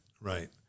right